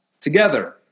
together